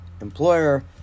employer